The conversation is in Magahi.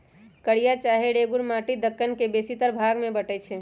कारिया चाहे रेगुर माटि दक्कन के बेशीतर भाग में भेटै छै